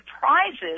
prizes